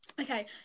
Okay